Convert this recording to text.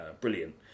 brilliant